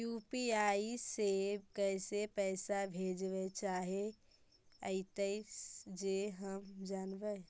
UPI से कैसे पैसा भेजबय चाहें अइतय जे हम जानबय?